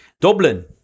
Dublin